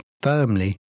firmly